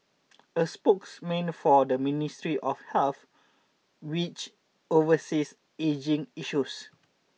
a spokesman for the Ministry of Health which oversees ageing issues